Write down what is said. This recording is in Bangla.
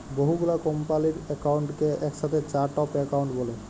বহু গুলা কম্পালির একাউন্টকে একসাথে চার্ট অফ একাউন্ট ব্যলে